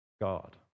God